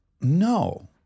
no